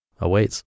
awaits